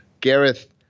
Gareth